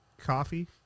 coffee